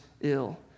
ill